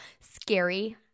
Scary